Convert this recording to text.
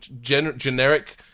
generic